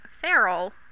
feral